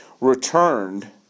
returned